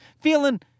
Feeling